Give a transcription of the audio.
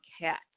cat